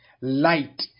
light